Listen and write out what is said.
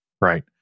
Right